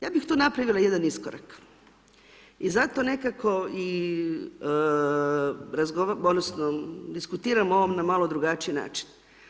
Ja bih tu napravila jedan iskorak i zato nekako i diskutiramo o ovome na malo drugačiji način.